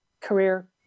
career